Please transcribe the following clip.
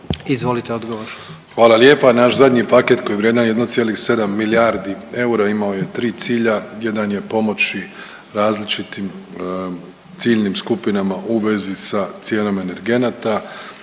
Andrej (HDZ)** Hvala lijepa. Naš zadnji paket koji je vrijedan 1,7 milijardi eura imao je 3 cilja, jedan je pomoći različitim ciljnim skupinama u vezi sa cijenama energenata,